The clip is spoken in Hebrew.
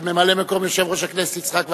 ממלא-מקום יושב-ראש הכנסת יצחק וקנין,